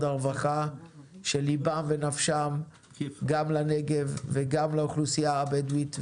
הרווחה שליבם ונפשם גם לנגב וגם לאוכלוסייה הבדווית,